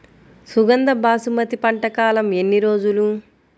సుగంధ బాసుమతి పంట కాలం ఎన్ని రోజులు?